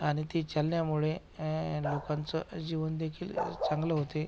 आणि ते चालण्यामुळे लोकांचं जीवन देखील चांगलं होते